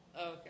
okay